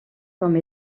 comme